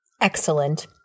Excellent